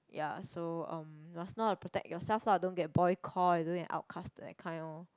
ya so um just know how to protect yourself lah don't get boycott don't get outcasted that kind lor